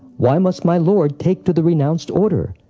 why must my lord take to the renounced order?